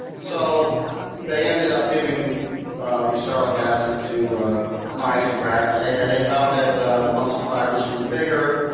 so they ended up giving ah the ursolic acid to mice and rats, and they and they found that the the muscle fibers grew bigger.